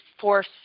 force